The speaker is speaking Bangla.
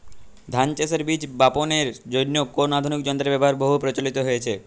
ধান চাষের বীজ বাপনের জন্য কোন আধুনিক যন্ত্রের ব্যাবহার বহু প্রচলিত হয়েছে?